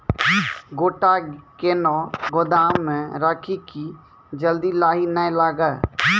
गोटा कैनो गोदाम मे रखी की जल्दी लाही नए लगा?